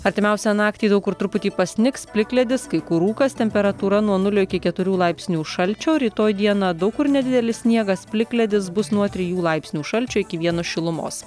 artimiausią naktį daug kur truputį pasnigs plikledis kai kur rūkas temperatūra nuo nulio iki keturių laipsnių šalčio rytoj dieną daug kur nedidelis sniegas plikledis bus nuo trijų laipsnių šalčio iki vieno šilumos